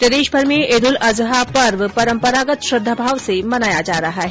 प्रदेशभर में ईद उल अज़हा पर्व परम्परागत श्रद्धाभाव से मनाया जा रहा है